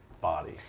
body